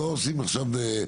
עכשיו.